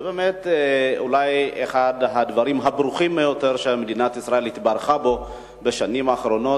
אחד הדברים הברוכים ביותר במדינת ישראל בשנים האחרונות,